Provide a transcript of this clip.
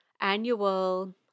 annual